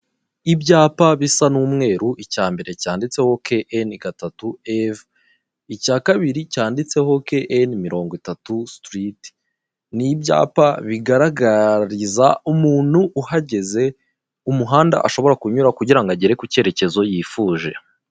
Ibyapa bisa n'umweru icyambere cyanditseho ke eni gatatu eve icya kabiri cyanditseho ke eni mirongo itatu sitiriti ni ibyapa bigaragariza umuntu uhagaze umuhanda ashobora kunyura kugira ngo agere ku icyerekezo yifuje.